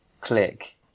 click